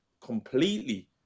completely